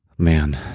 man,